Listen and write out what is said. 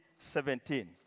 2017